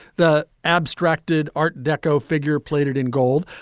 the abstracted art deco figure plated in gold,